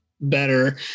better